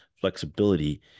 flexibility